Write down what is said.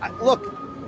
Look